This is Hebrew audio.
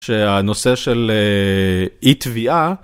שהנושא של אי תביעה.